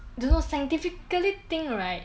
there's no scientifically thing right